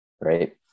right